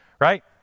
Right